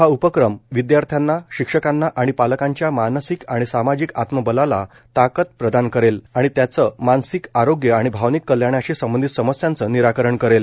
हा उपक्रम विदयार्थ्यांना शिक्षकांना आणि पालकांच्या मानसिक आणि सामाजिक आत्मबलाला ताकद प्रदान करेल आणि त्यांचं मानसिक आरोग्य आणि भावनिक कल्याणाशी संबंधित समस्यांचं निराकरण करेल